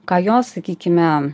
ką jos sakykime